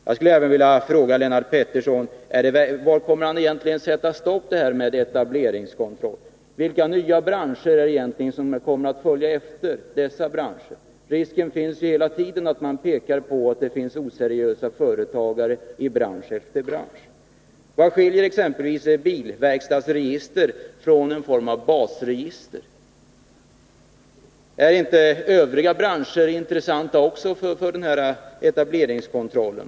Jag skulle även vilja fråga Lennart Pettersson var han egentligen vill sätta stopp för etableringskontrollen. Vilka nya branscher är det egentligen som kommer i fråga efter dessa branscher? Det finns en risk för att man beträffande bransch efter bransch kommer att påtala att det finns oseriösa företagare. Vad skiljer exempelvis ett bilverkstadsregister från ett basregister? Är inte också övriga branscher intressanta i vad gäller etableringskontroll?